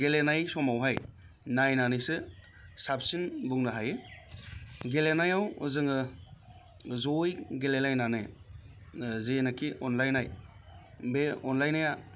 गेलेनाय समावहाय नायनानैसो साबसिन बुंनो हायो गेलेनायाव जोङो ज'यै गेलेलायनानै जेनाखि अनलायनाय बे अनलायनाया